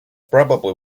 probably